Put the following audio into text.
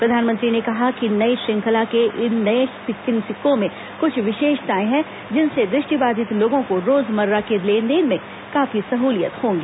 प्रधानमंत्री ने कहा कि नई श्रृंखला के इन सिक्कों में कुछ विशेषताएं हैं जिनसे दृष्टिबाधित लोगों को रोजमर्रा के लेनदेन में काफी सहूलियत होगी